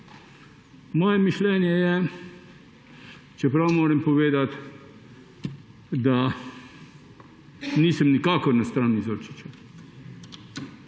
Moje mišljenje je, čeprav moram povedati, da nisem nikakor na strani Zorčiča,